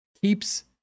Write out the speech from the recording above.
keeps